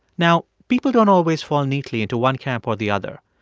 now, people don't always fall neatly into one camp or the other.